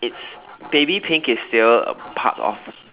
it's baby pink is still a part of